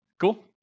Cool